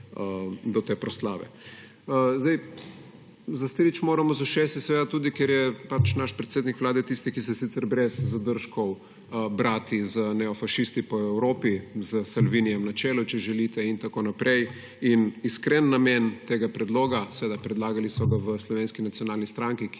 do te proslave. Zastriči moramo z ušesi, ker je pač naš predsednik Vlade tisti, ki se sicer brez zadržkov brati z neofašisti po Evropi, s Salvinijem na čelu, če želite, in tako naprej. In iskren namen tega predloga, predlagali so ga v Slovenski nacionalni stranki, ki